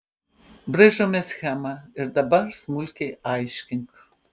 braižome schemą ir dabar smulkiai aiškink